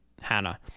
Hannah